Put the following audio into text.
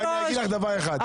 אבל אני אגיד לך דבר אחד,